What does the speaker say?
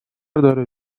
داره